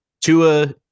Tua